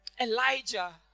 Elijah